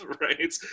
right